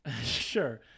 Sure